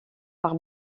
par